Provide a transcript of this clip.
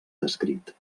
descrit